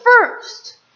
first